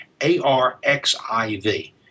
A-R-X-I-V